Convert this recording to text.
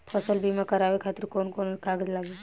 फसल बीमा करावे खातिर कवन कवन कागज लगी?